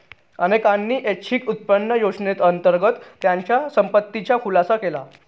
अनेकांनी ऐच्छिक उत्पन्न योजनेअंतर्गत त्यांच्या संपत्तीचा खुलासा केला